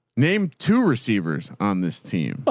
named two receivers on this team,